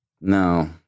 No